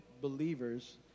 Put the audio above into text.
believers